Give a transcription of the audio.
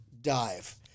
dive